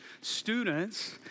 students